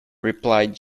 replied